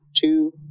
two